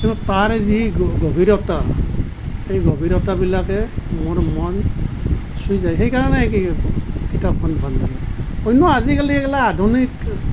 কিন্তু তাৰ যি গভীৰতা এই গভীৰতাবিলাকে মোৰ মন চুই যায় সেইকাৰণে কিতাপখন ভাল লাগে অন্য আজিকালি কেলা আধুনিক